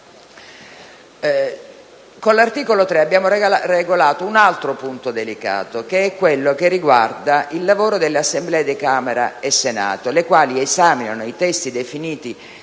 Con l'articolo 3 abbiamo regolato un altro punto delicato, che riguarda il lavoro delle Assemblee di Camera e Senato, le quali esaminano i testi definiti